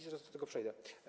Zaraz do tego przejdę.